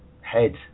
head